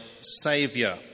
Saviour